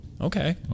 Okay